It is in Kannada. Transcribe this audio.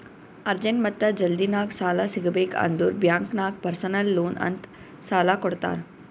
ಅರ್ಜೆಂಟ್ ಮತ್ತ ಜಲ್ದಿನಾಗ್ ಸಾಲ ಸಿಗಬೇಕ್ ಅಂದುರ್ ಬ್ಯಾಂಕ್ ನಾಗ್ ಪರ್ಸನಲ್ ಲೋನ್ ಅಂತ್ ಸಾಲಾ ಕೊಡ್ತಾರ್